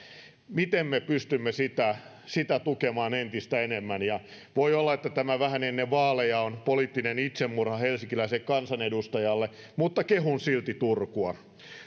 miten me pystymme sitä sitä tukemaan entistä enemmän voi olla että vähän ennen vaaleja tämä on poliittinen itsemurha helsinkiläiselle kansanedustajalle mutta kehun silti turkua